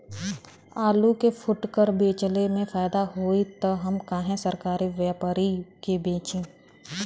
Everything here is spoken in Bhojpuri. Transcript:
आलू के फूटकर बेंचले मे फैदा होई त हम काहे सरकारी व्यपरी के बेंचि?